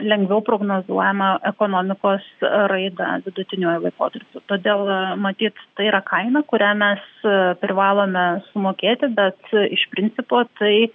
lengviau prognozuojamą ekonomikos raidą vidutiniuoju laikotarpiu todėl matyt tai yra kaina kurią mes privalome sumokėti bet iš principo tai